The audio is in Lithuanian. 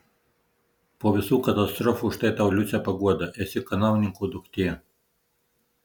po visų katastrofų štai tau liuce paguoda esi kanauninko duktė